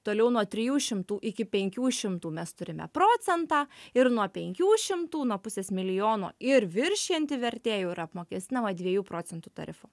toliau nuo trijų šimtų iki penkių šimtų mes turime procentą ir nuo penkių šimtų nuo pusės milijono ir viršijanti vertė jau yra apmokestinama dviejų procentų tarifu